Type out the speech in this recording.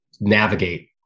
navigate